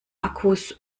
akkus